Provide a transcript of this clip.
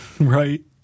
Right